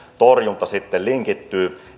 torjunta sitten linkittyy